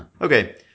Okay